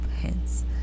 hence